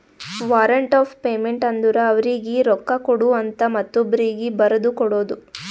warrant of payment ಅಂದುರ್ ಅವರೀಗಿ ರೊಕ್ಕಾ ಕೊಡು ಅಂತ ಮತ್ತೊಬ್ರೀಗಿ ಬರದು ಕೊಡೋದು